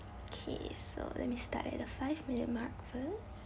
okay so let me start at a five minute mark first